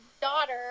daughter